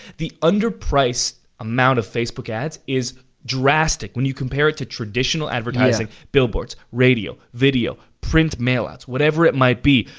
the under-priced amount of facebook ads is drastic, when you compare it to traditional advertising. yeah. billobards, radio, video, print mail-outs, whatever it might be.